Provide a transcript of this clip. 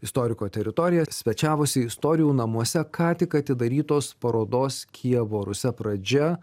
istoriko teritorija svečiavosi istorijų namuose ką tik atidarytos parodos kijevo rusia pradžia